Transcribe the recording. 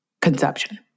conception